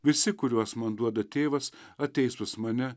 visi kuriuos man duoda tėvas ateis pas mane